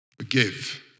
forgive